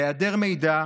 בהיעדר מידע,